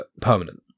permanent